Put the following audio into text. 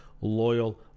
loyal